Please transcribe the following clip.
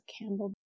Campbell